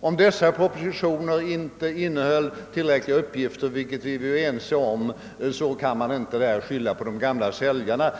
Om dessa propositioner inte innehöll tillräckliga uppgifter — vilket vi ju är ense om att de inte gjorde — kan man inte skylla detta på de gamla säljarna.